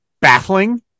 baffling